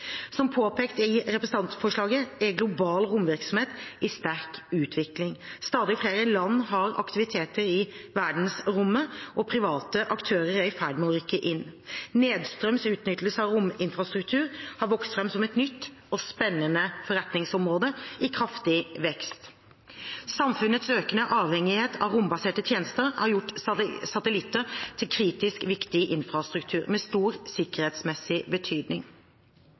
Som påpekt i representantforslaget er global romvirksomhet i sterk utvikling. Stadig flere land har aktiviteter i verdensrommet, og private aktører er i ferd med å rykke inn. Nedstrøms utnyttelse av rominfrastruktur har vokst fram som et nytt og spennende forretningsområde i kraftig vekst. Samfunnets økende avhengighet av rombaserte tjenester har gjort satellitter til kritisk viktig infrastruktur med stor sikkerhetsmessig betydning.